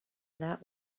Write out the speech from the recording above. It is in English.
that